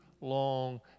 long